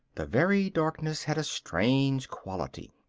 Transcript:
the very darkness had a strange quality.